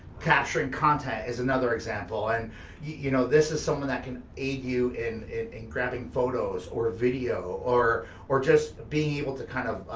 capturing content is another example, and you know, this is someone that can aid you in in grabbing photos, or video, or or just being able to kind of